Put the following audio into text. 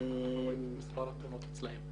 כמו מספר התאונות אצלם.